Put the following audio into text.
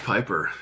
Piper